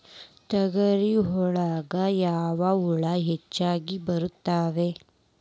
ತೊಗರಿ ಒಳಗ ಯಾವ ಹುಳ ಹೆಚ್ಚಾಗಿ ಬರ್ತವೆ?